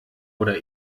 oder